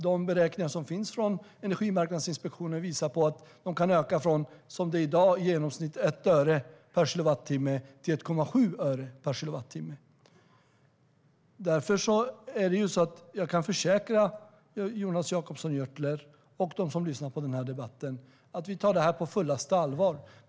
De beräkningar som finns från Energimarknadsinspektionen visar på att de kan öka från i dag i genomsnitt 1 öre per kilowattimme till 1,7 öre per kilowattimme. Jag kan försäkra Jonas Jacobsson Gjörtler och dem som lyssnar på debatten att vi tar detta på fullaste allvar.